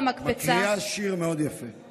מקריאה שיר יפה מאוד.